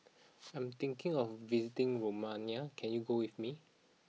I'm thinking of visiting Romania can you go with me